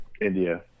India